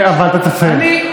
אבל אתה צריך לסיים.